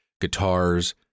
guitars